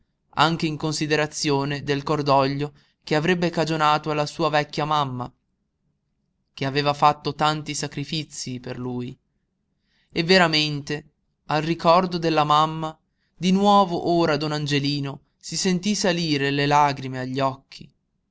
anche in considerazione del cordoglio che avrebbe cagionato alla sua vecchia mamma che aveva fatto tanti sacrifizii per lui e veramente al ricordo della mamma di nuovo ora don angelino si sentí salire le lagrime agli occhi